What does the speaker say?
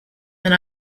and